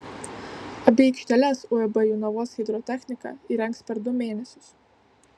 abi aikšteles uab jonavos hidrotechnika įrengs per du mėnesius